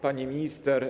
Pani Minister!